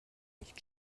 nicht